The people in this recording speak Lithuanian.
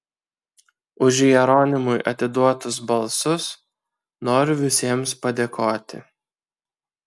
už jeronimui atiduotus balsus noriu visiems padėkoti